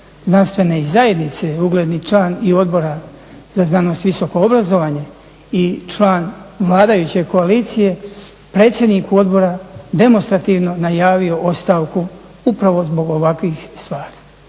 znanstvene i zajednice, ugledni član i Odbora za znanost i visoko obrazovanje i član vladajuće koalicije predsjedniku odbora demonstrativno najavio ostavku upravo zbog ovakvih stvari.